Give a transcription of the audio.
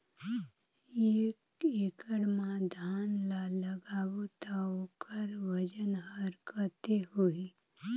एक एकड़ मा धान ला लगाबो ता ओकर वजन हर कते होही?